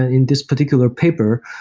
ah in this particular paper,